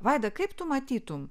vaida kaip tu matytum